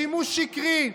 לשימוש שקרי,